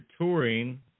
touring